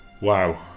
wow